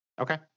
okay